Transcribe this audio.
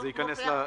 זה גם ייכנס לסיכום.